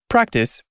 Practice